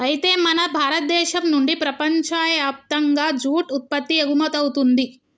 అయితే మన భారతదేశం నుండి ప్రపంచయప్తంగా జూట్ ఉత్పత్తి ఎగుమతవుతుంది